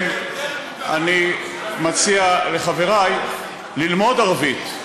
על כן אני מציע לחברי ללמוד ערבית,